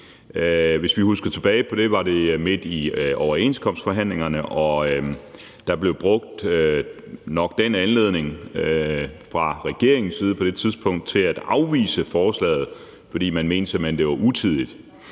Hvis vi husker tilbage på det, var det midt i overenskomstforhandlingerne, og på det tidspunkt blev den anledning nok fra regeringens side brugt til at afvise forslaget, fordi man simpelt hen mente, det var utidigt.